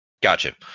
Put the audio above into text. gotcha